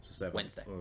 wednesday